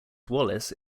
wallace